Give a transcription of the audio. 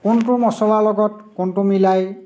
কোনটো মচলাৰ লগত কোনটো মিলাই